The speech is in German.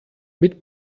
mit